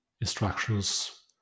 instructions